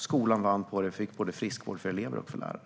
Skolan vann på det och fick friskvård för både elever och lärare.